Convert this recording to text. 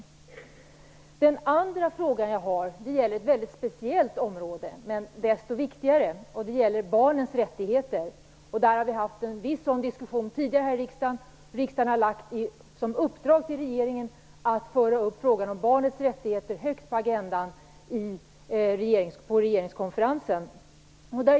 För det andra har jag en fråga om ett speciellt men desto viktigare område, nämligen barnens rättigheter. Vi har haft en sådan diskussion tidigare här i riksdagen. Riksdagen har givit regeringen i uppdrag att föra upp frågan om barnens rättigheter högt på agendan under regeringskonferensen.